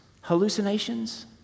hallucinations